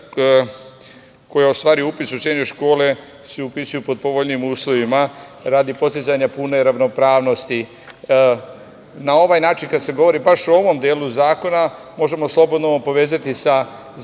koja ostvaruju upis u srednje škole se upisuju pod povoljnijim uslovima, radi postizanja pune ravnopravnosti. Na ovaj način, kada se govori baš o ovom delu Zakona, možemo slobodno povezati sa Zakonom